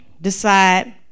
decide